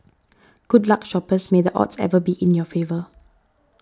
good luck shoppers may the odds ever be in your favour